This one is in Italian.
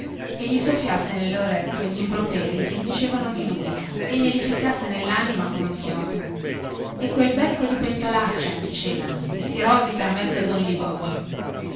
e gli soffiasse nellorecchio glimproperii che dicevano di lui e glieli ficcasse nellanima con un chiodo e quel becco di pentolaccia dicevano che si rosica mezzo don liborio